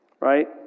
Right